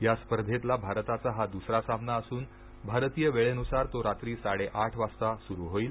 या स्पर्धेतला भारताचा हा दुसरा सामना असून भारतीय वेळेनुसार तो रात्री साडे आठ वाजता सुरू होईल